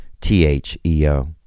T-H-E-O